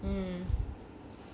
mm